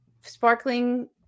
sparkling